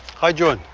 hi johan.